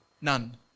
None